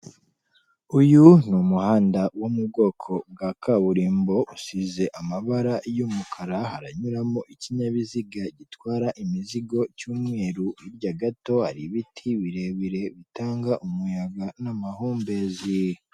Uyu umuhanda wo mu bwoko bwa kaburimbo usize amabara y'umukara, haranyuramo ikinyabiziga gitwara imizigo cyu'mweru hirya gato hari ibiti birebire bitanga umuyaga n'amahumbezi.